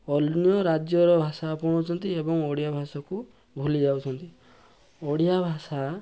ଅନ୍ୟ ରାଜ୍ୟର ଭାଷା ଆପଣାଉଛନ୍ତି ଏବଂ ଓଡ଼ିଆଭାଷାକୁ ଭୁଲି ଯାଉଛନ୍ତି ଓଡ଼ିଆଭାଷା